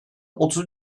otuz